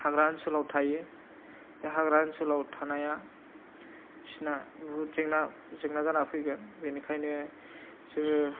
हाग्रा ओनसोलाव थायो बे हाग्रा ओनसोलाव थानाया बिसिना बहुथ जेंना जेंना जानानै फैगोन बिनिखायनो